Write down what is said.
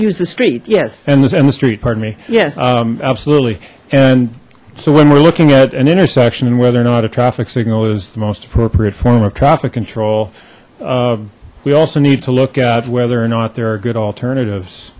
the street yes and this emma street pardon me yes absolutely and so when we're looking at an intersection and whether or not a traffic signal is the most appropriate form of traffic control we also need to look at whether or not there are good alternatives